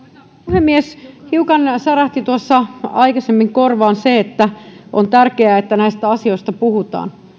puhemies hiukan särähti tuossa aikaisemmin korvaan se että on tärkeää että näistä asioista puhutaan